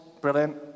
Brilliant